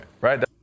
right